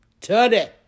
today